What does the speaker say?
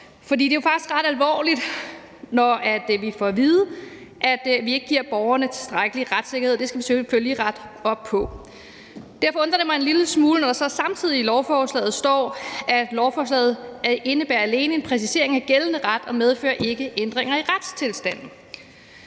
For det er jo faktisk ret alvorligt, når vi får at vide, at vi ikke giver borgerne tilstrækkelig retssikkerhed, og det skal vi selvfølgelig rette op på. Derfor undrer det mig en lille smule, når der så samtidig står i lovforslaget, at lovforslaget alene indebærer en præcisering af gældende ret og ikke medfører ændringer i retstilstanden.